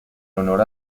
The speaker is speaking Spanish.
honor